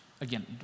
again